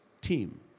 team